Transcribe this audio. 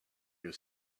you